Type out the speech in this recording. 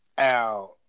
out